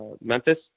Memphis